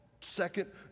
Second